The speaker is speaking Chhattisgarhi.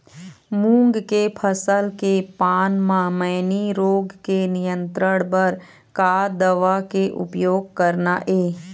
मूंग के फसल के पान म मैनी रोग के नियंत्रण बर का दवा के उपयोग करना ये?